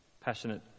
passionate